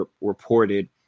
reported